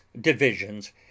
divisions